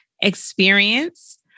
experience